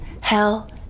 hell